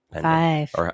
Five